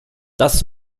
das